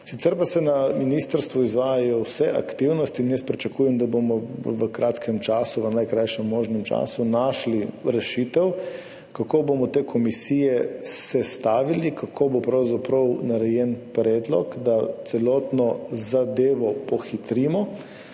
Sicer pa se na ministrstvu izvajajo vse aktivnosti in jaz pričakujem, da bomo v najkrajšem možnem času našli rešitev, kako bomo te komisije sestavili, kako bo pravzaprav narejen predlog, da celotno zadevo pohitrimo.